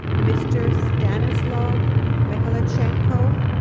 mr. stanislav mykhaylichenko,